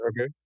Okay